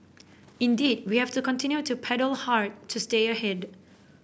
indeed we have to continue to paddle hard to stay ahead